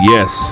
Yes